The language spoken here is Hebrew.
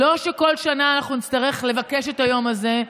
לא שבכל שנה אנחנו נצטרך לבקש את היום הזה,